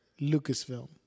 Lucasfilm